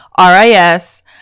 RIS